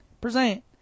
Present